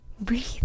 breathe